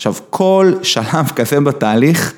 עכשיו כל שלב כזה בתהליך.